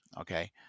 okay